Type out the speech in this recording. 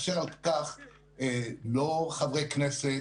אשר על כך, לא חברי כנסת,